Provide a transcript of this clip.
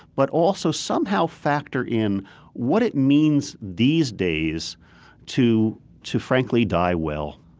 but also somehow factor in what it means these days to to frankly die well.